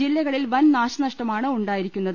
ജില്ലകളിൽ വൻ നാശനഷ്ടമാണ് ഉണ്ടായിരിക്കുന്നത്